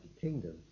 Kingdom